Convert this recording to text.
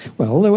well,